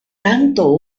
tanto